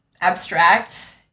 abstract